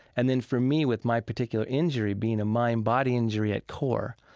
and then for me with my particular injury, being a mind-body injury at core,